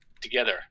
together